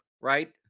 right